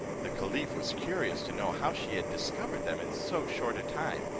the caliph was curious to know how she had discovered them in so short a time,